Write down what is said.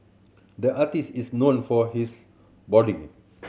the artist is known for his